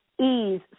ease